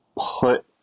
put